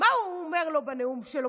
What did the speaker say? מה הוא אומר לו בנאום שלו,